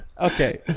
Okay